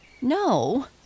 No